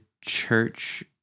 church